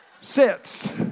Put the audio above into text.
sits